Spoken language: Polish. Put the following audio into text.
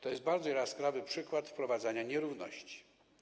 To jest bardzo jaskrawy przykład wprowadzania nierówności.